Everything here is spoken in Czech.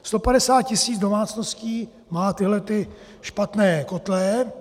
Sto padesát tisíc domácností má tyhle špatné kotle.